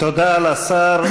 תודה לשר.